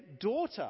daughter